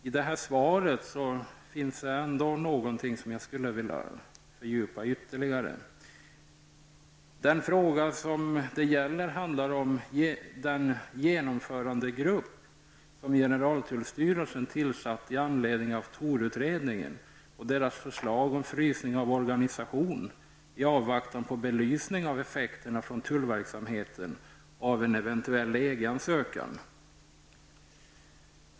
I svaret finns det ändå något jag skulle vilja fördjupa mig i ytterligare. Det gäller den genomförandegrupp som generaltullstyrelsen tillsatt med anledning av ToR-utredningen och dess förslag om frysning av organisationen i avvaktan på belysning av effekterna på tullverksamheten av en eventuell EG-ansökan.